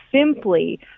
simply